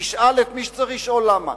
תשאל את מי שצריך לשאול למה.